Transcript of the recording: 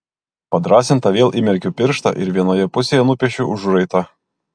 padrąsinta vėl įmerkiu pirštą ir vienoje pusėje nupiešiu užraitą